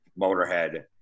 Motorhead